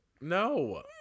No